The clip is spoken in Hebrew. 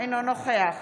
אינו נוכח